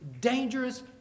dangerous